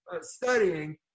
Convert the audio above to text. studying